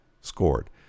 scored